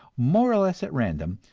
more or less at random,